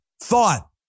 thought